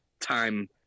time